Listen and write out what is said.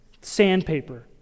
Sandpaper